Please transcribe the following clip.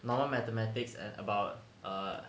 normal mathematics and about err